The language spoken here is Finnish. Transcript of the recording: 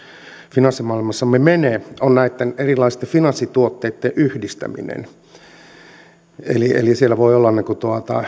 finanssimaailmassamme menee on näitten erilaisten finanssituotteitten yhdistäminen siis siellä voi olla